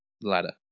ladder